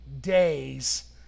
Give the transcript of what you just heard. days